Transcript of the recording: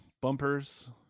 bumpers